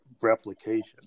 replication